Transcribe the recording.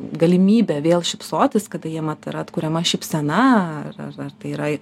galimybę vėl šypsotis kada jiem yra vat atkuriama šypsena ar ar tai yra